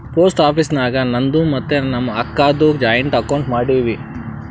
post office ನಾಗ್ ನಂದು ಮತ್ತ ನಮ್ ಅಕ್ಕಾದು ಜಾಯಿಂಟ್ ಅಕೌಂಟ್ ಮಾಡಿವ್